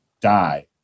die